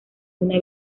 una